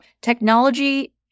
technology